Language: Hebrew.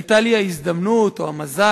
היתה לי ההזדמנות, או המזל,